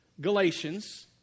Galatians